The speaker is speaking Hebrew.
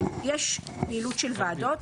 שיש פעילות של ועדות,